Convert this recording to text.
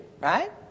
right